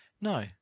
no